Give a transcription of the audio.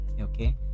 Okay